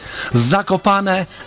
Zakopane